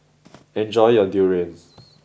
enjoy your durian